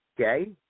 Okay